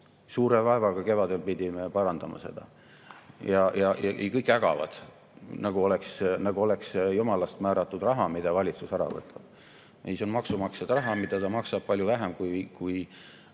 suure vaevaga pidime parandama seda. Ja kõik ägavad, nagu oleks see jumalast määratud raha, mida valitsus ära võtab. Ei, see on maksumaksja raha, mida ta maksab palju vähem, kui